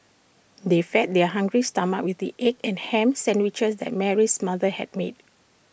they fed their hungry stomachs with the egg and Ham Sandwiches that Mary's mother had made